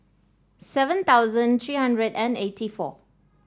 seven thousand three hundred and eighty four